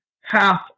half